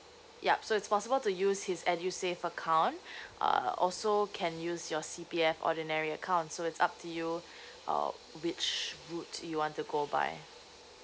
yup so it's possible to use his edusave account uh also can use your C P F ordinary account so it's up to you uh which would you want to go by